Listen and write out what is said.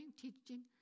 teaching